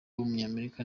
w’umunyamerika